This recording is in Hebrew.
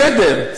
בסדר,